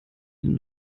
den